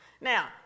Now